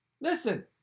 Listen